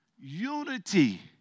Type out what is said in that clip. Unity